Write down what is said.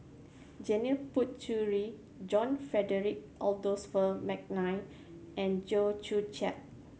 Janil Puthucheary John Frederick Adolphus McNair and Chew Joo Chiat